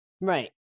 Right